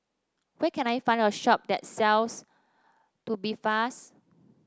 where can I find a shop that sells Tubifast